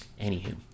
Anywho